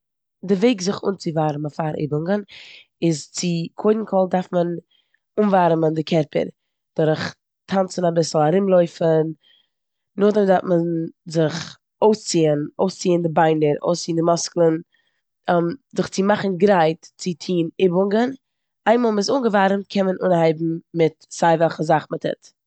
די וועג זיך אנציווארעמען פאר איבונגען איז צו קודם כל דארף מען אנווארעמען די קערפער דורך טאנצען אביסל, ארומלויפן. נאכדעם דארף מען זיך אויסציען, אויסציען די ביינער, אויסציען די מוסקלען זיך צו מאכן גרייט צו טון איבונגען. איין מאל מ'איז אנגעווארעמט קען מען אנהייבן מיט סיי וועלכע זאך מ'טוט.